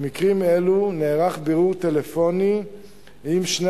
במקרים אלו נערך בירור טלפוני עם שני